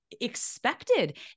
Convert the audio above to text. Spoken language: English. Expected